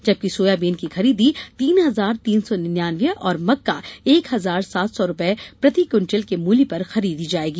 जबकि सोयाबीन की खरीदी तीन हजार तीन सौ नियानवे और मक्का एक हजार सात सौ रूपये प्रति क्विंटल के मूल्य पर खरीदी जाएगी